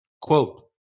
quote